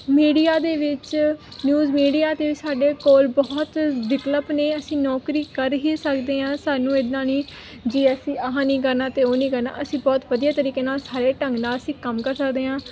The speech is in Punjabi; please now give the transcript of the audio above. ਮੀਡੀਆ ਦੇ ਵਿੱਚ ਨਿਊਜ਼ ਮੀਡੀਆ ਦੇ ਸਾਡੇ ਕੋਲ ਬਹੁਤ ਵਿਕਲਪ ਨੇ ਅਸੀਂ ਨੌਕਰੀ ਕਰ ਹੀ ਸਕਦੇ ਹਾਂ ਸਾਨੂੰ ਇੱਦਾਂ ਨਹੀਂ ਜੀ ਅਸੀਂ ਆਹ ਨਹੀਂ ਕਰਨਾ ਅਤੇ ਉਹ ਨਹੀਂ ਕਰਨਾ ਅਸੀਂ ਬਹੁਤ ਵਧੀਆ ਤਰੀਕੇ ਨਾਲ ਸਾਰੇ ਢੰਗ ਨਾਲ ਅਸੀਂ ਕੰਮ ਕਰ ਸਕਦੇ ਹਾਂ